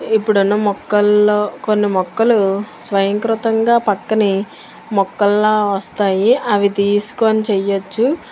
ఇప్పుడు ఉన్న మొక్కలలో కొన్ని మొక్కలు స్వయంకృతంగా పక్కన మొక్కలలాగా వస్తాయి అవి తీసుకొని చేయవచ్చు